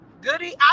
Goody